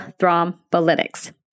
thrombolytics